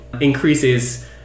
increases